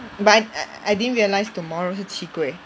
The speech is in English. but I I didn't realize tomorrow 是七鬼